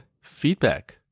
feedback